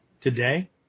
today